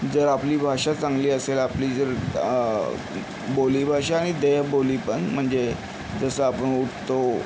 जर आपली भाषा चांगली असेल आपली जर बोली भाषा आणि देहबोली पण म्हणजे जसं आपण उठतो